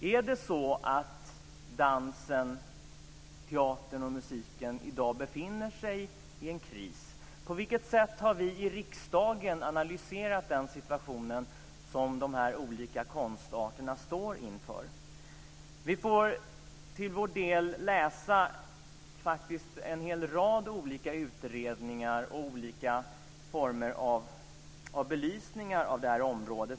Är det så att dansen, teatern och musiken i dag befinner sig i en kris? På vilket sätt har vi i riksdagen analyserat den situation som dessa olika konstarterna står inför? Vi får läsa en hel rad olika utredningar och olika former av belysningar av detta område.